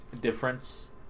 difference